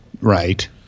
right